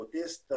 אוטיזם,